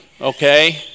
okay